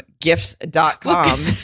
gifts.com